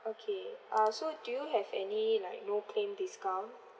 okay uh so do you have any like no claim discount